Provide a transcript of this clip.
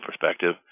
perspective